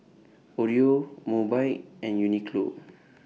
Oreo Mobike and Uniqlo